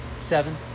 Seven